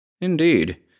Indeed